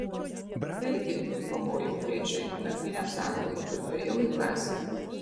taigi pamojau edžiui naktiniam sargui ir nuėjau į klasę